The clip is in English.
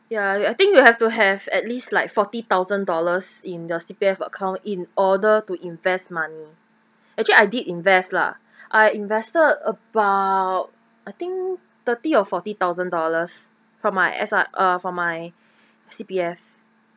ya you I think you have to have at least like forty thousand dollars in your C_P_F account in order to invest money actually I did invest lah I invested about I think thirty or forty thousand dollars from my S_R uh from my C_P_F